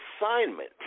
assignment